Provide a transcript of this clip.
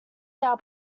down